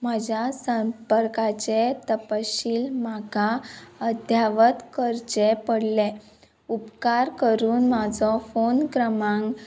म्हज्या संपर्काचे तपशील म्हाका अध्यावत करचे पडले उपकार करून म्हाजो फोन क्रमांक